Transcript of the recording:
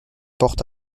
portent